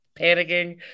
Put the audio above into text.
panicking